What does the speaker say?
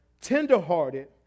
tenderhearted